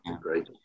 great